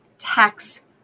tax